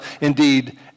indeed